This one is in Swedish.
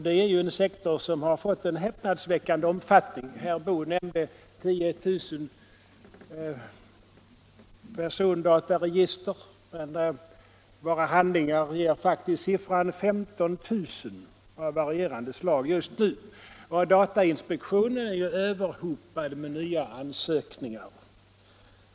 Detta är ju en sektor som har fått en häpnadsväckande omfattning. Herr Boo nämnde 10 000 persondataregister, våra handlingar anger faktiskt siffran 15 000 persondataregister av varierande slag just nu, och datainspektionen är överhopad av nya ansökningar.